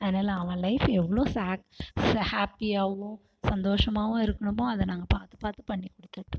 அதனால அவன் லைஃபு எவ்வளோ சேக் சே ஹேப்பியாகவும் சந்தோஷமாகவும் இருக்கமோ அதை நாங்கள் பார்த்து பார்த்து பண்ணிக் கொடுத்திட்ருக்